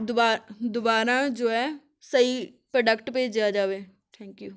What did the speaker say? ਦੁਬਾ ਦੁਬਾਰਾ ਜੋ ਹੈ ਸਹੀ ਪ੍ਰੋਡਕਟ ਭੇਜਿਆ ਜਾਵੇ ਥੈਂਕ ਯੂ